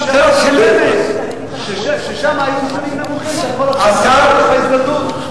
שכולנו מכירים אותם,